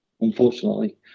unfortunately